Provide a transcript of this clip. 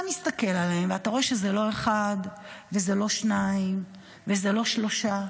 אתה מסתכל עליהם ואתה רואה שזה לא אחד וזה לא שניים וזה לא שלושה.